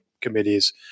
committees